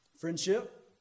Friendship